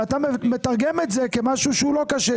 ואתה מתרגם את זה כמשהו שהוא לא כשר.